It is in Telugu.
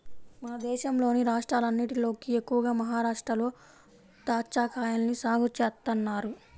మన దేశంలోని రాష్ట్రాలన్నటిలోకి ఎక్కువగా మహరాష్ట్రలో దాచ్చాకాయల్ని సాగు చేత్తన్నారు